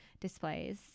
displays